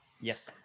Yes